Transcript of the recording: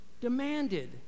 demanded